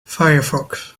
firefox